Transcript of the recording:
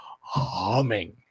humming